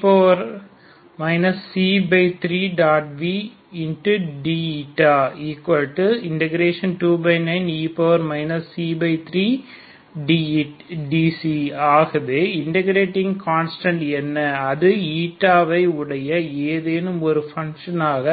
vdξ 29e 3dξ ஆகவே integrating constant என்ன அது ஐ உடைய எதேனும் ஒரு பன்ஷனாக